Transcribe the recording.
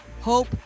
hope